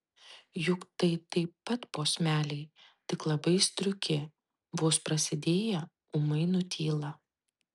juk tai taip pat posmeliai tik labai striuki vos prasidėję ūmai nutyla